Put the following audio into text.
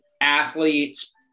athletes